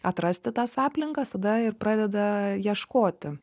atrasti tas aplinkas tada ir pradeda ieškoti